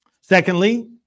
Secondly